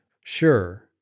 Sure